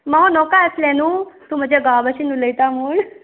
no नोको आसले न्हू तूं म्हाजे घोवा भाशेन उलोयता म्हूण